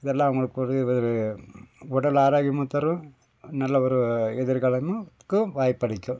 இதெல்லாம் அவங்களுக்கு ஒரு உடல் ஆரோக்கியமும் தரும் நல்ல ஒரு எதிர்காலமுக்கும் வாய்ப்பளிக்கும்